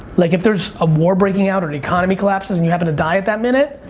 like if there's a war breaking out or the economy collapses and you happen to die at that minute,